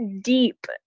deep